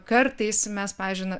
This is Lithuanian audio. kartais mes pavyzdžiui na